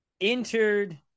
Entered